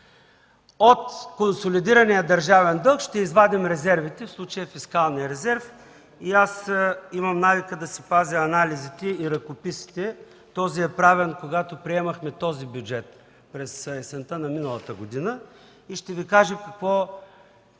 От консолидирания държавен дълг ще извадим резервите – в случая фискалния резерв. Аз имам навика да си пазя анализите и ръкописите. Този е правен, когато приемахме този бюджет – през есента на миналата година, и ще Ви кажа точно